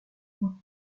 aout